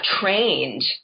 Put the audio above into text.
trained